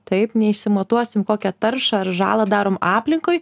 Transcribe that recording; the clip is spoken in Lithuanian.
taip neišsimatuosim kokią taršą ar žalą darom aplinkoj